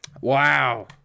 Wow